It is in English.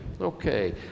Okay